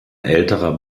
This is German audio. älterer